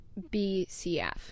BCF